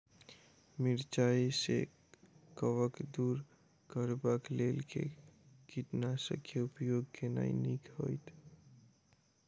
मिरचाई सँ कवक दूर करबाक लेल केँ कीटनासक केँ उपयोग केनाइ नीक होइत?